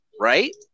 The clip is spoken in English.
Right